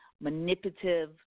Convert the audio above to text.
manipulative